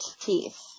Teeth